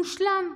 מושלם.